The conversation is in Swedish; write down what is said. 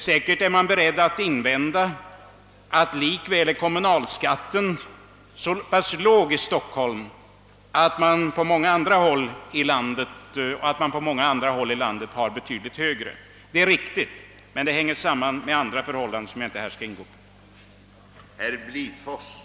Säkert kommer man att invända att kommunalskatten i Stockholm likväl ligger betydligt lägre än kommunalskatten på många andra håll i landet. Det är riktigt, men det sammanhänger med andra förhållanden som jag inte här skall gå in på.